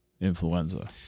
influenza